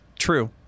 True